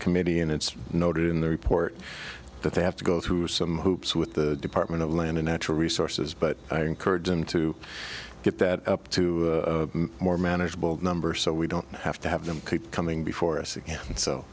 committee in its noted in the report that they have to go through some hoops with the department of land a natural resources but i encourage them to get that up to more manageable number so we don't have to have them coming before us again so